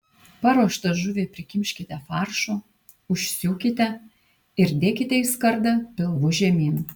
paruoštą žuvį prikimškite faršo užsiūkite ir dėkite į skardą pilvu žemyn